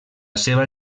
seva